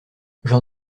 j’en